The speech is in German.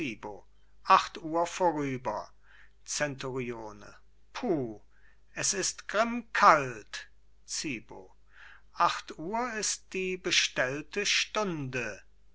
acht uhr vorrüber zenturione puh es ist grimmkalt zibo acht uhr ist die bestellte stunde